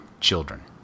children